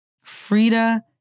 Frida